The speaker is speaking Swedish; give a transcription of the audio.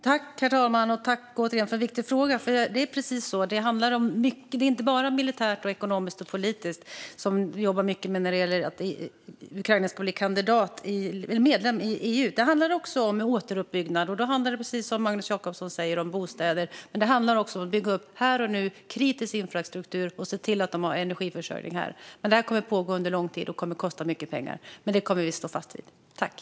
Herr talman! Tack återigen, ledamoten, för en viktig fråga! Det är precis så - det handlar inte bara om det militära, ekonomiska och politiska, som vi jobbar mycket med när det gäller att Ukraina ska bli medlem i EU. Det handlar också om återuppbyggnad av bostäder, precis som Magnus Jacobsson säger, men också om att här och nu bygga upp kritisk infrastruktur och se till att man har energiförsörjning. Det kommer att pågå under lång tid och kosta mycket pengar, men vi kommer att stå fast vid detta.